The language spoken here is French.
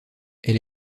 elle